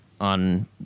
on